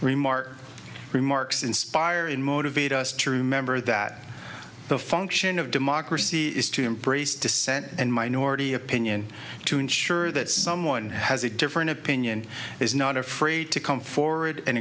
remark remarks inspire and motivate us true member that the function of democracy is to embrace dissent and minority opinion to ensure that someone has a different opinion is not afraid to come forward and